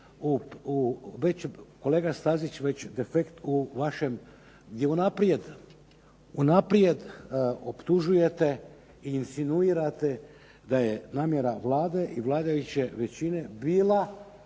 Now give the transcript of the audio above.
kolega Stazić već defekt u vašem unaprijed optužujete i insinuirate da je namjera Vlade i vladajuće većina bila